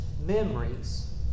memories